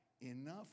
enough